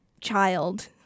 child